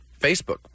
Facebook